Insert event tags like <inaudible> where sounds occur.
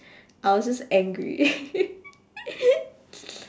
I was just angry <laughs>